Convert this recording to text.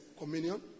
communion